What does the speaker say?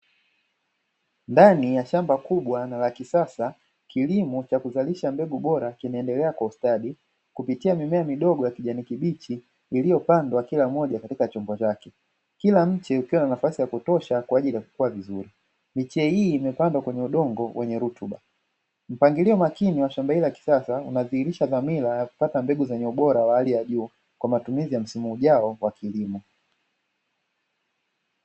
Ndani ya shamba kubwa na la kisasa kilimo cha kuzalisha mbegu bora kinaendelea kwa ustadi kupitia mimea midogo ya kijani kibichi iliyopandwa kila mmoja uta chombo zake kila mche ukiwa na nafasi ya kutosha kwa ajili ya kutoa vizuri miche hii imepandwa kwenye udongo kwenye rushwa mpangilio makini wa shamba hilo akitaka unadhihirisha dhamira ya kupata mbegu zenye ubora wa hali ya juu kwa matumizi ya msimu ujao wa kilimo